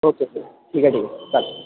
okay sir ठीक आहे ठीक आहे चालतं आहे